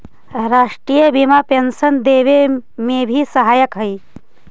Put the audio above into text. राष्ट्रीय बीमा पेंशन देवे में भी सहायक हई